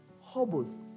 hobos